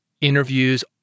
interviews